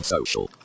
Social